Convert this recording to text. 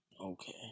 Okay